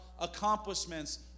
accomplishments